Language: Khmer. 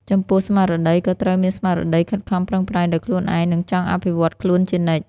ចំពោះស្មារតីក៏ត្រូវមានស្មារតីខិតខំប្រឹងប្រែងដោយខ្លួនឯង និងចង់អភិវឌ្ឍខ្លួនជានិច្ច។